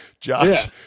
Josh